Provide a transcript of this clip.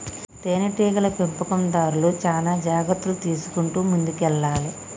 తేనె టీగల పెంపకందార్లు చానా జాగ్రత్తలు తీసుకుంటూ ముందుకెల్లాలే